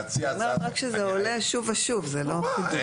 אני רק אומרת שזה עולה שוב ושוב, זה לא חידוש.